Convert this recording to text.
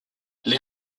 les